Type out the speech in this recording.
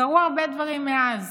קרו הרבה דברים מאז.